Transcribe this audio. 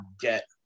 get